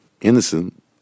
Innocent